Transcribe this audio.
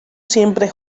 siempre